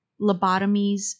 lobotomies